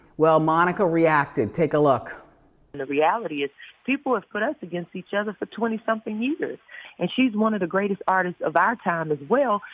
well, monica reacted, take a look. and the reality is people have put us against each other for twenty something years and she's one of the greatest artists of our time as well.